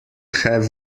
have